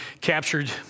captured